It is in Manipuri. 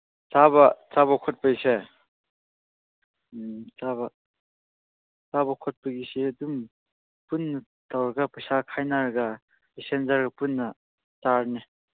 ꯆꯥꯕ ꯆꯥꯕ ꯈꯣꯠꯄꯩꯁꯦ ꯎꯝ ꯆꯥꯕ ꯆꯥꯕ ꯈꯣꯠꯄꯒꯤꯁꯤ ꯑꯗꯨꯝ ꯄꯨꯟꯅ ꯇꯧꯔꯒ ꯄꯩꯁꯥ ꯈꯥꯏꯅꯔꯒ ꯄꯦꯁꯦꯟꯖꯔꯒ ꯄꯨꯟꯅ ꯆꯥꯔꯅꯤ